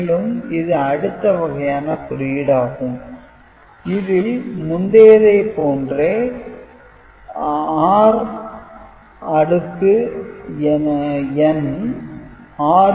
d 1d 2 d m dn x rn d1 x r1 d0 x r0 d 1 x r 1 d 2 x r 2 d m x r m மேலும் இது அடுத்த வகையான குறியீடு ஆகும்